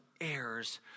heirs